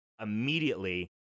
immediately